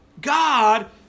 God